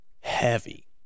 heavy